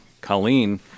Colleen